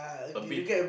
a bit